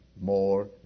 More